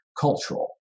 cultural